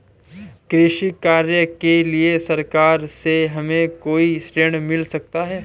कृषि कार्य के लिए सरकार से हमें कोई ऋण मिल सकता है?